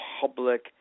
public